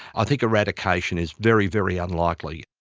i think eradication is very, very unlikely.